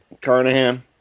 Carnahan